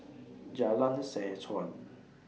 Jalan Seh Chuan